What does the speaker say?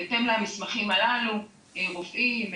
בהתאם למסמכים הללו רופאים,